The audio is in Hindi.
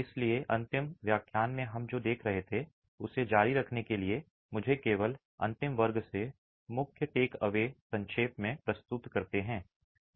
इसलिए अंतिम व्याख्यान में हम जो देख रहे थे उसे जारी रखने के लिए मुझे केवल अंतिम वर्ग से मुख्य टेकअवे संक्षेप में प्रस्तुत करते हैं